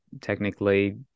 technically